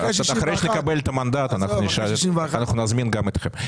אחרי שנקבל את המנדט נזמין גם אתכם.